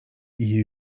iyi